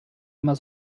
immer